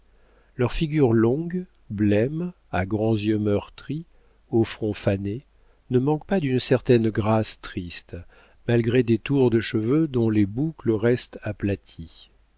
leurs figures longues blêmes à grands yeux meurtris au front fané ne manquent pas d'une certaine grâce triste malgré des tours de cheveux dont les boucles restent aplaties